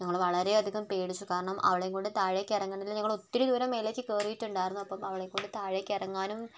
ഞങ്ങൾ വളരെ അധികം പേടിച്ചു കാരണം അവളെയും കൊണ്ട് താഴേക്ക് ഇറങ്ങേണ്ടത് ഞങ്ങൾ ഒത്തിരി ദൂരം മേലേക്ക് കയറിയിട്ടുണ്ടായിരുന്നു അപ്പോൾ അവളെ കൊണ്ട് താഴേക്ക് ഇറങ്ങാനും